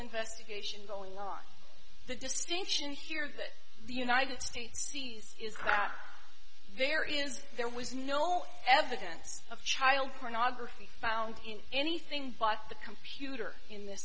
investigation going on the distinction here that the united states is that there is there was no evidence of child pornography found in anything but the computer in th